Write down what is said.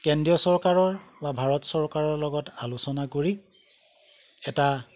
কেন্দ্ৰীয় চৰকাৰৰ বা ভাৰত চৰকাৰৰ লগত আলোচনা কৰি এটা